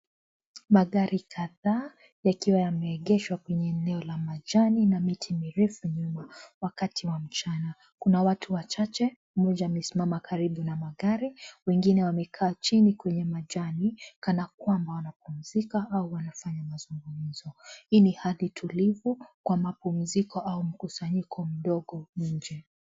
Magari kadhaa yakiwa yameegeshwa kwenye eneo la majani na miti irefu nyuma wakati wa mchana. Kuna watu wachache mmoja amesimama karibu na magari wengine wamekaa chini kwa majani kana kwamba wanapumzika au wanafanya mazungumzo. Hii ni hali tulivu kwa mapumziko au mkusanyiko mdogo nje.